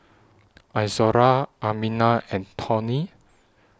Izora Amina and Tawny